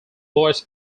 boys